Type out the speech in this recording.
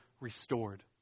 restored